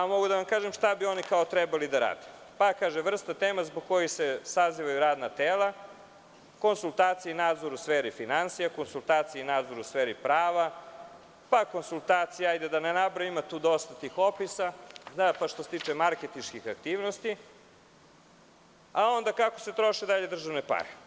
Mogu da vam kažem šta bi trebalo da rade, pa kaže, vrsta tema zbog čega se sazivaju radna tela, konsultacije i nadzor u sferi finansija, konsultacije i nadzor u sferi prava, pa konsultacije, da ne nabrajam više dalje, jer ima dosta tih opisa, bar što se tiče marketinških aktivnosti, pa onda dalje kako se troše državne pare.